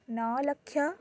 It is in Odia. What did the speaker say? ନଅ ଲକ୍ଷ